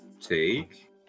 take